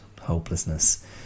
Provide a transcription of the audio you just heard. hopelessness